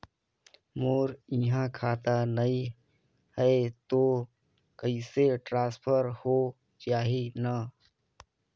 मोर इहां खाता नहीं है तो पइसा ट्रांसफर हो जाही न?